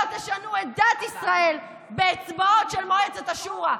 תשנו את דת ישראל באצבעות של מועצת השורא.